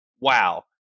Wow